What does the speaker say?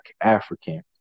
African